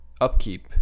upkeep